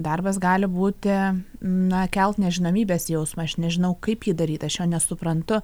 darbas gali būti na kelt nežinomybės jausmą aš nežinau kaip ji daryt aš jo nesuprantu